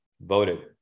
voted